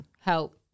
help